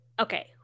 okay